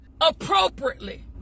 appropriately